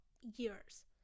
years